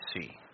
see